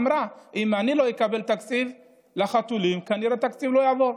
ואמרה: אם אני לא אקבל תקציב לחתולים כנראה שהתקציב לא יעבור.